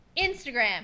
Instagram